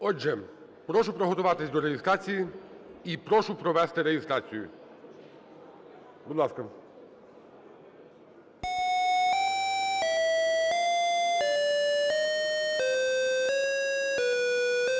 Отже, прошу приготуватися до реєстрації і прошу провести реєстрацію. Будь ласка.